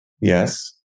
Yes